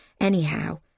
anyhow